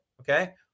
Okay